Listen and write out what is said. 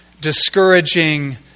discouraging